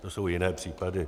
To jsou jiné případy.